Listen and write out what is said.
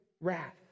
wrath